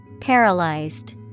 Paralyzed